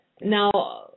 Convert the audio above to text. Now